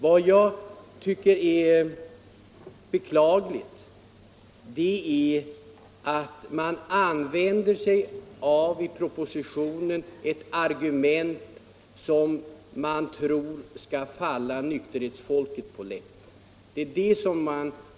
Vad jag tycker är beklagligt är att man i propositionen använder sig av ett argument som man tror skall falla nykterhetsfolket på läpparna.